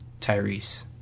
Tyrese